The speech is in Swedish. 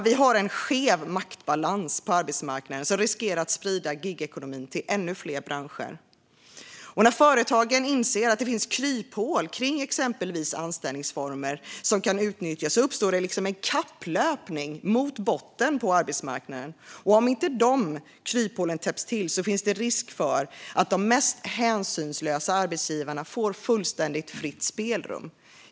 Vi har en skev maktbalans på arbetsmarknaden som riskerar att sprida gigekonomin till ännu fler branscher. När företagen inser att det finns kryphål kring exempelvis anställningsformer som kan utnyttjas uppstår en kapplöpning mot botten på arbetsmarknaden. Om inte de kryphålen täpps till finns det en risk för att de mest hänsynslösa arbetsgivarna får fullständigt fritt spelrum.